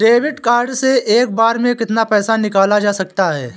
Debit card से एक बार में कितना पैसा निकाला जा सकता है?